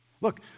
Look